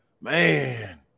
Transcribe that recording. Man